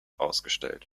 ausgestellt